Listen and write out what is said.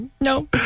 No